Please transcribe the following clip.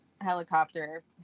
helicopter